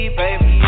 baby